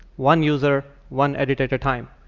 one user, one edit at a time.